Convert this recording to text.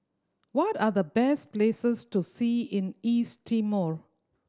what are the best places to see in East Timor